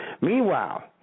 Meanwhile